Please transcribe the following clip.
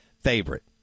favorite